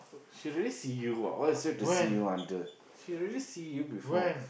she really see you ah what is there to see you under she already see you before